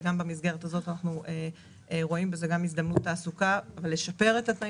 אנחנו רואים בזה גם הזדמנות לשפר את התנאים